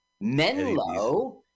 Menlo